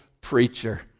preacher